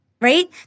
Right